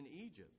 Egypt